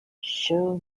show